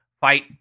fight